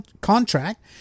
contract